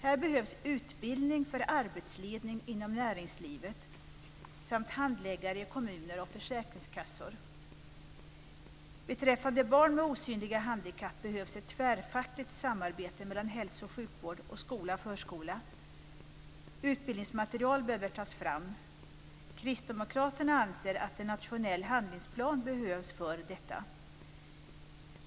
Här behövs utbildning för arbetsledning inom näringslivet samt handläggare i kommuner och försäkringskassor. Beträffande barn med osynliga handikapp behövs ett tvärfackligt samarbete mellan hälso och sjukvård och skola eller förskola. Utbildningsmaterial behöver tas fram. Kristdemokraterna anser att en nationell handlingsplan behövs för detta.